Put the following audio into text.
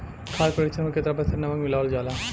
खाद्य परिक्षण में केतना प्रतिशत नमक मिलावल जाला?